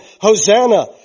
Hosanna